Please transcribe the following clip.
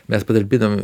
mes patalpinam